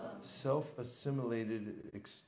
Self-assimilated